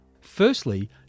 Firstly